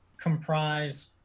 comprise